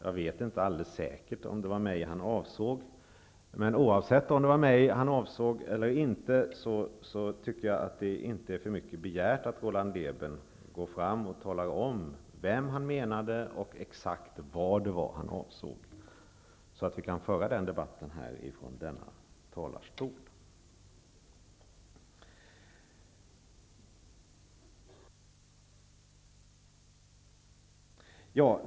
Jag vet inte alldeles säkert om det var mig han avsåg, men oavsett om det var mig han avsåg eller inte tycker jag att det inte är för mycket begärt att Roland Lében talar om vem han menade och exakt vad det var han avsåg, så att vi kan föra den debatten från kammarens talarstol.